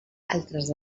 altres